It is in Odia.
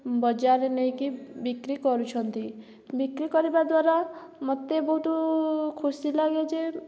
ବଜାରରେ ନେଇକି ବିକ୍ରି କରୁଛନ୍ତି ବିକ୍ରି କରିବା ଦ୍ଵାରା ମୋତେ ବହୁତ ଖୁସି ଲାଗେ ଯେ